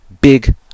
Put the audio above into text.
big